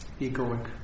egoic